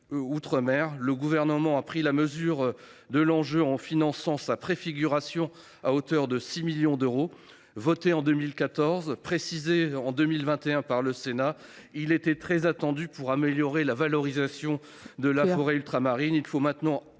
le Gouvernement a pris la mesure de l’enjeu, en finançant sa préfiguration à hauteur de 6 millions d’euros. Voté en 2014 et précisé en 2021 par le Sénat, il est très attendu, car il permettra d’améliorer la valorisation de la forêt ultramarine.